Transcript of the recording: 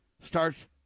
starts